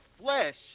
flesh